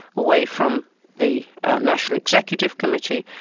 away from the national executive committee,